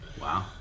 Wow